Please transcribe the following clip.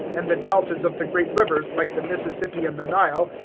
and the deltas of the great rivers, like the mississippi and the nile,